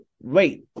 wait